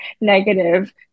negative